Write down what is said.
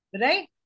Right